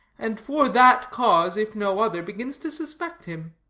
and for that cause, if no other, begins to suspect him.